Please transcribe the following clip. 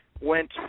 went